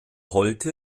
holte